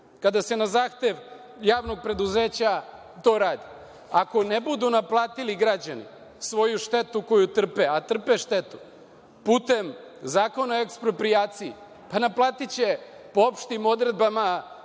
kada se na zahtev javnog preduzeća to radi? Ako ne budu naplatili građani svoju štetu koju trpe, a trpe štetu, putem Zakona o eksproprijaciji, naplatiće po opštim odredbama